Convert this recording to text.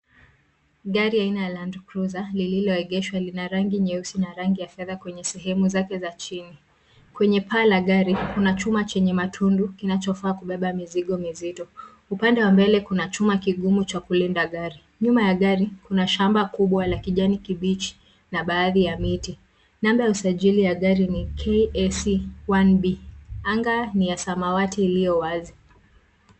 Gari aina ya Landcruiser lililoegeshwa lina rangi nyeusi na rangi ya fedha kwenye sehemu zake za chini. Kwenye paa la gari kuna chuma chenye matundu kinachofaa kubeba mizigo mizito. Upande wa mbele kuna chuma kigumu cha kulinda gari. Nyuma ya gari kuna shamba kubwa la kijani kibichi na baadhi ya miti. Namba ya usajili ya gari ni KAC 1B. Anga ni ya samawati iliyo wazi.